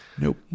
Nope